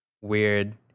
weird